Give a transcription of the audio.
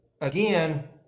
Again